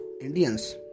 Indians